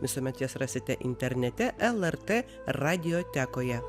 visuomet jas rasite internete el er t radijotekoje